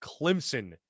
Clemson